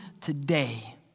today